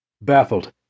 Baffled